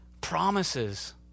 promises